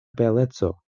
beleco